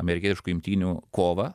amerikietiškų imtynių kovą